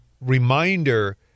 reminder